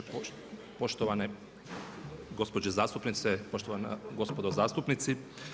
Poštovane gospođe zastupnici, poštovana gospodo zastupnici.